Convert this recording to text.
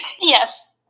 Yes